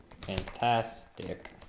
Fantastic